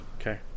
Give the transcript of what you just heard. Okay